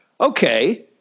Okay